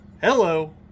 Hello